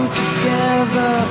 together